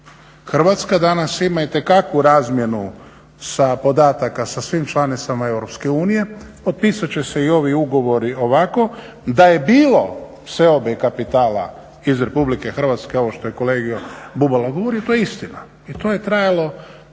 Hrvatska danas ima itekakvu razmjenu podataka sa svim članicama Europske unije, potpisat će se i ovi ugovori ovako. Da je bilo seobe kapitala iz Republike Hrvatske, ovo što je kolega Bubalo govorio to je istina i to je trajalo